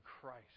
Christ